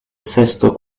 sesto